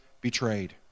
betrayed